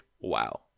wow